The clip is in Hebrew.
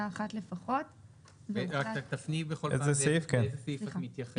אחת לפחות -- תפני בכל פעם לאיזה סעיף את מתייחסת.